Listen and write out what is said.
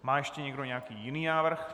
Má ještě někdo nějaký jiný návrh?